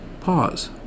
Pause